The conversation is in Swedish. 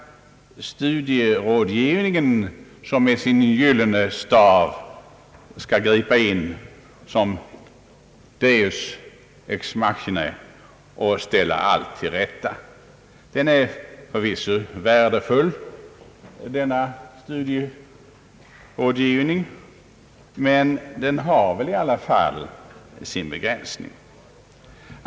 är det måhända studierådgivningen som med sin gyllene stav skall gripa in som deus ex machina och ställa allt till rätta? Studierådgivningen är förvisso värdefull, men den har i alla fall sin begränsning.